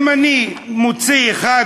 אם אני מוציא אחת,